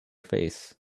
face